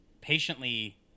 patiently